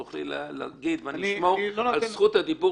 תוכלי להגיד ואני אשמור על זכות הדיבור